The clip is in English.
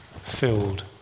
filled